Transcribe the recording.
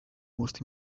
most